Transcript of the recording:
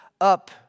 up